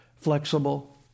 flexible